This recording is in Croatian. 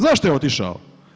Zašto je otišao?